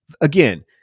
again